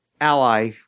ally